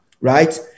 right